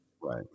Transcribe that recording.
right